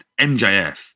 MJF